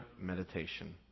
meditation